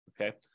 okay